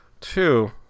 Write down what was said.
Two